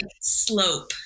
slope